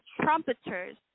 trumpeters